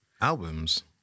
Albums